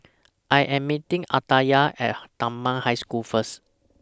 I Am meeting Aditya At Dunman High School First